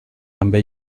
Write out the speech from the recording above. també